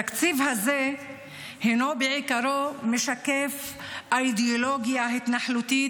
התקציב הזה בעיקרו משקף את האידיאולוגיה ההתנחלותית,